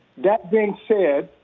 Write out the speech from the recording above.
that being said,